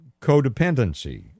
codependency